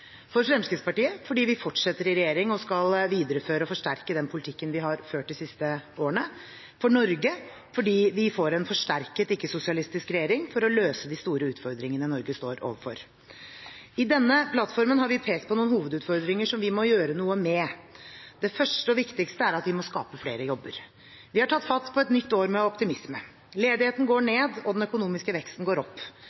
for Fremskrittspartiet fordi vi fortsetter i regjeringen og skal videreføre og forsterke den politikken vi har ført de siste årene, for Norge fordi vi får en forsterket ikke-sosialistisk regjering for å løse de store utfordringene Norge står overfor. I denne plattformen har vi pekt på noen hovedutfordringer som vi må gjøre noe med. Det første og viktigste er at vi må skape flere jobber. Vi har tatt fatt på et nytt år med optimisme. Ledigheten går